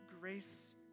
grace